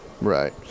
Right